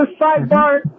sidebar